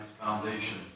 foundation